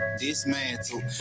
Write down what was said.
dismantle